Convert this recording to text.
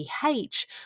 pH